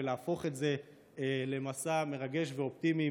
להפוך את זה למסע מרגש ואופטימי,